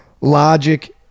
logic